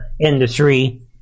industry